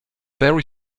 very